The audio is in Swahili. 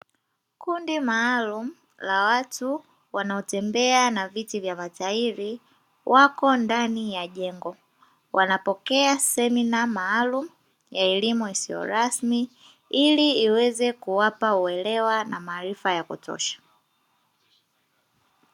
Kundi maalumu la watu wanaotembea na viti vya matairi wako ndani ya jengo wanapokea semina maalumu ya elimu isiyo rasmi ili iweze kuwapa uelewa na maarifa ya kutosha.